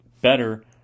better